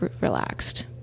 relaxed